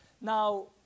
Now